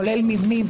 כולל מבנים,